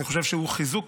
אני חושב שהוא חיזוק